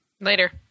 later